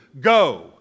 Go